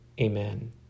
Amen